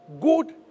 good